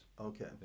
Okay